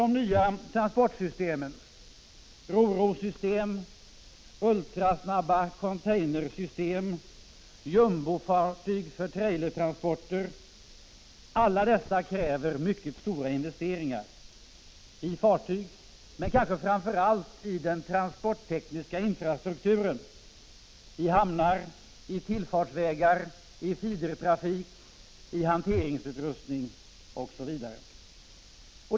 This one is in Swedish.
De nya transportsystemen — ro-ro-system, ultrasnabba containersystem, jumbofartyg för trailertransporter — kräver mycket stora investeringar i fartyg men kanske framför allt i den transporttekniska infrastrukturen, i hamnar, tillfartsvägar, feedertrafik, hanteringsutrustning osv.